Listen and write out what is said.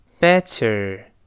better